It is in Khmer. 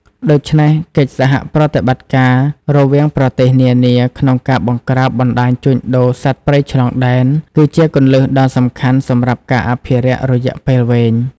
ដូច្នេះ កិច្ចសហប្រតិបត្តិការរវាងប្រទេសនានា ក្នុងការ បង្ក្រាបបណ្តាញជួញដូរសត្វព្រៃឆ្លងដែន គឺជាគន្លឹះដ៏សំខាន់សម្រាប់ការអភិរក្សរយៈពេលវែង។